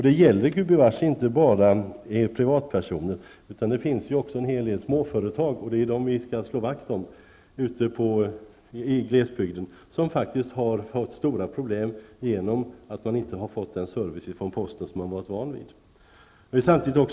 Det är gubevars inte bara privatpersoner, utan det finns också en hel del småföretag -- dem skall vi slå vakt om -- ute i glesbygden som faktiskt har fått stora problem genom att de inte fått den service från posten som de varit vana vid.